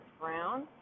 Brown